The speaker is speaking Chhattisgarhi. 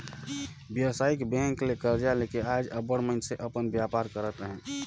बेवसायिक बेंक ले करजा लेके आएज अब्बड़ मइनसे अपन बयपार करत अहें